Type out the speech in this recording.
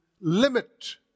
limit